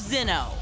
Zinno